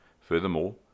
Furthermore